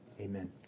Amen